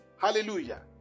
Hallelujah